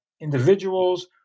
individuals